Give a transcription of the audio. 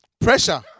Pressure